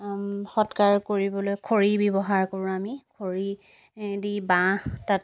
সৎকাৰ কৰিবলৈ খৰি ব্যৱহাৰ কৰোঁ আমি খৰি দি বাঁহ তাত